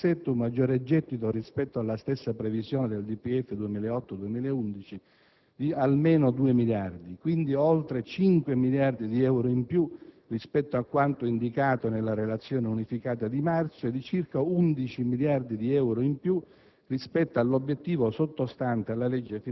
Questi risultati fanno supporre per il 2007 un maggior gettito rispetto alla stessa previsione del DPEF 2008-2011 di almeno 2 miliardi, quindi, oltre 5 miliardi di euro in più rispetto a quanto indicato nella relazione unificata di marzo e di circa 11 miliardi di euro in più